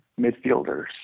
midfielders